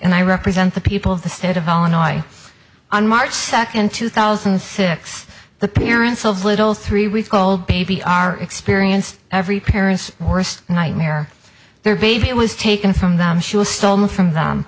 and i represent the people of the state of illinois on march second two thousand and six the parents of little three week old baby are experienced every parent's worst nightmare their baby it was taken from them she was stolen from